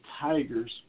Tigers